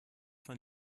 von